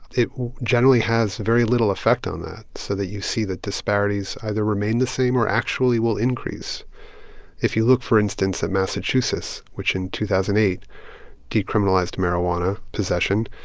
it generally has very little effect on that so that you see that disparities either remain the same or actually will increase if you look, for instance, at massachusetts, which in two thousand and eight decriminalized marijuana possession,